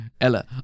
Ella